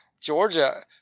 Georgia